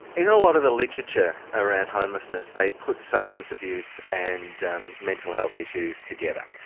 in a lot of the literature around homelessness they put substance abuse and and mental health issues together,